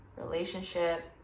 relationship